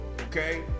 okay